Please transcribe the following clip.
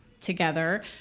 together